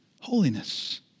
holiness